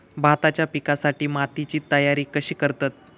भाताच्या पिकासाठी मातीची तयारी कशी करतत?